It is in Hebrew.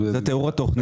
זה תיאור התוכנית.